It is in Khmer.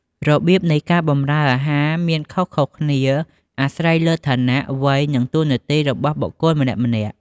របៀបនៃការបម្រើអាហារមានខុសៗគ្នា អាស្រ័យលើឋានៈ វ័យ និងតួនាទីរបស់បុគ្គលម្នាក់ៗ។